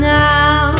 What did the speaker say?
now